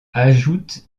ajoute